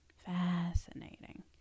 fascinating